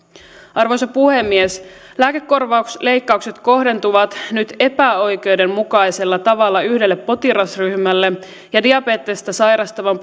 arvoisa puhemies lääkekorvausleikkaukset kohdentuvat nyt epäoikeudenmukaisella tavalla yhdelle potilasryhmälle ja diabetesta sairastavan